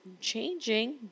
changing